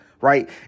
right